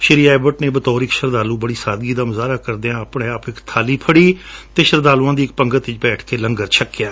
ਸ੍ਜੀ Abbott ਨੇ ਬਤੋਂਰ ਇੱਕ ਸ਼ਰਧਾਲੁ ਬੜੀ ਸਾਦਗੀ ਦਾ ਮੁਜਾਹਰਾ ਕਰਦਿਆਂ ਆਪਣੇਆਪ ਇੱਕ ਬਾਲੀ ਪਕੜੀ ਅਤੇ ਸ਼ਰਧਾਲੁਆਂ ਦੀ ਇੱਕ ਪੰਗਤ ਵਿਚ ਬੈਠ ਕੇ ਲੰਗਰ ਛਕਿਆ